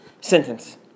sentence